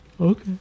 Okay